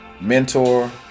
mentor